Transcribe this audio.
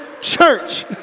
church